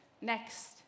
next